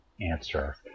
answer